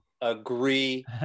agree